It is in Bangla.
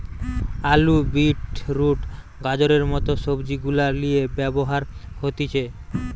আলু, বিট রুট, গাজরের মত সবজি গুলার লিয়ে ব্যবহার হতিছে